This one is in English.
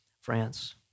France